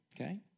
Okay